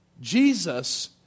Jesus